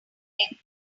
egg